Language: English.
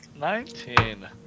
Nineteen